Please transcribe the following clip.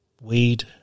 weed